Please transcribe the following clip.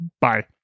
Bye